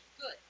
good